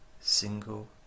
single